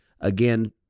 Again